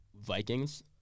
Vikings